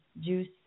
juice